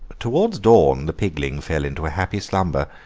towards dawn the pigling fell into a happy slumber,